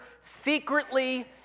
secretly